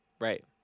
Right